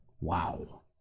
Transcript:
Wow